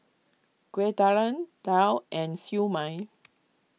Kueh Talam Daal and Siew Mai